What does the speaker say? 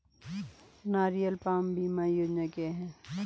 नारियल पाम बीमा योजना क्या है?